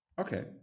okay